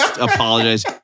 apologize